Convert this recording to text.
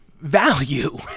value